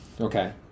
Okay